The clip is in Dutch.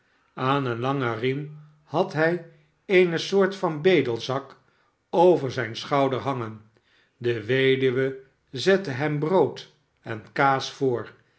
aan een langen riem had hij eene soort van bedelzak over zijn schouder hangen de weduwe zette hem brood en kaas voor